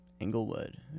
Englewood